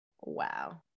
wow